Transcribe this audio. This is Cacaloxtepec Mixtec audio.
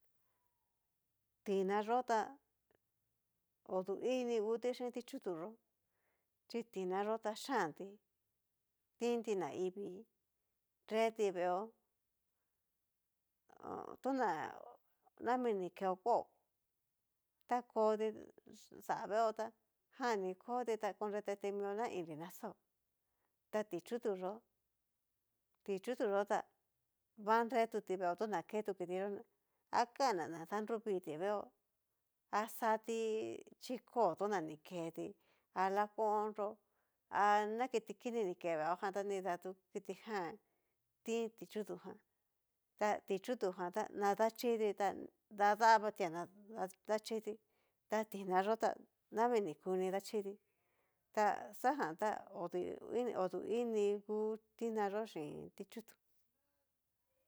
Tina yó ta odu ikni nguti xhin ti'chutu yó chi tina yó ta yianti, tinti naivii nreti veeó ho tona nami ni keo kó ta koti xá veeó tá, jan ni koti ta konrete mio na inri na xaó, ta ti'chutu yó ta va nretuti veó tu na ke tu kitiyó akan'na na danruviti veeó, axati xhikoo toña ni keetí, alakondró ana kitikini ni ke veeó jan tá ta nida tu kitijan tin ti'chutu jan, ta ti'chutu jan ta na dachiti ta dadavatia no dachiti ta tina yó ta nami nikuní dachíti, ta xajantá odu oduini ngu tina yó xhin ti'chutu.